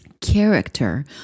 character